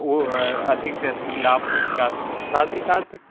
वो अधिक से अधिक लाभ पहुँचा सकूँ साथ ही साथ